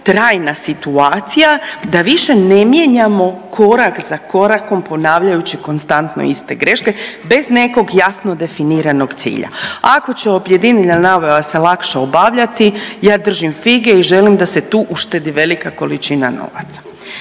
trajna situacija da više ne mijenjamo korak za korakom ponavljajući konstantno iste greške bez nekog jasno definiranog cilja. Ako će objedinjena nabave se lakše obavljati ja držim fige i želim da se tu uštedi velika količina novaca.